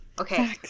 Okay